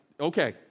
okay